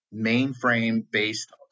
mainframe-based